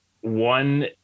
one